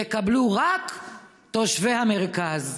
יקבלו רק תושבי המרכז,